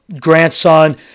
grandson